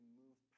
move